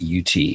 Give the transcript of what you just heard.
UT